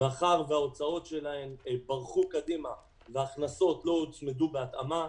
מאחר שההוצאות שלהן ברחו קדימה וההכנסות לא הוצמדו בהתאמה,